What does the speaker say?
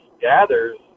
gathers